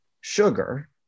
sugar